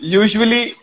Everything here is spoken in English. usually